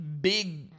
big